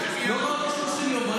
לא ראה אותו 30 יום,